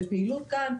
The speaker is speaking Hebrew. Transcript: ופעילות כאן,